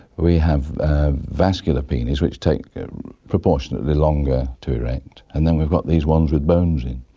we have a vascular penis which takes proportionately longer to erect. and then we've got these ones with bones in,